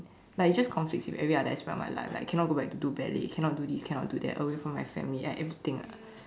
like it just conflicts with every other aspect of my life like cannot go back to do ballet cannot do this cannot do that away from my family uh everything lah